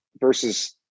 versus